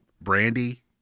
Brandy